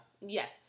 Yes